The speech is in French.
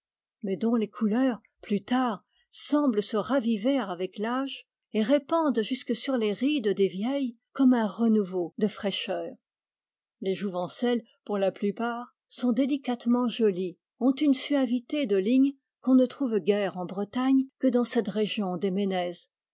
mais dont les couleurs plus tard semblent se raviver avec l'âge et répandent jusque sur les rides des vieilles comme un renouveau de fraîcheur les jouvencelles pour la plupart sont délicatement jolies ont une suavité de ligne qu'on ne trouve guère en bretagne que dans cette région des